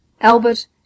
albert